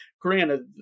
granted